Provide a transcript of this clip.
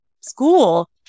school